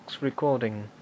recording